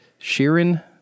Sheeran